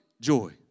joy